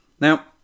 Now